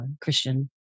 Christian